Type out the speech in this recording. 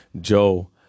Joe